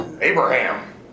Abraham